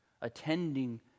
attending